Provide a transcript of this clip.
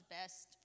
best